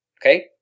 Okay